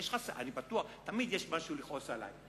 אני בטוח, תמיד יש משהו לכעוס עלי.